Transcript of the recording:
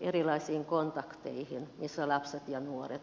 erilaisiin kontakteihin missä lapset ja nuoret ovat